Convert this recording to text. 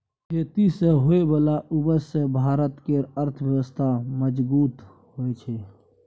खेती सँ होइ बला उपज सँ भारत केर अर्थव्यवस्था मजगूत होइ छै